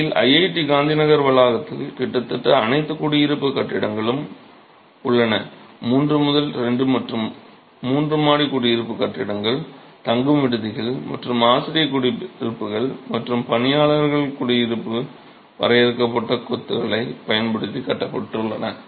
உண்மையில் IIT காந்திநகர் வளாகத்தில் கிட்டத்தட்ட அனைத்து குடியிருப்பு கட்டிடங்களும் உள்ளன 3 முதல் 2 மற்றும் 3 மாடி குடியிருப்பு கட்டிடங்கள் தங்கும் விடுதிகள் மற்றும் ஆசிரியக் குடியிருப்புகள் மற்றும் பணியாளர்கள் குடியிருப்புகள் வரையறுக்கப்பட்ட கொத்துகளைப் பயன்படுத்தி கட்டப்பட்டுள்ளன